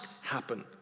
happen